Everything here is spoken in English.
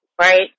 right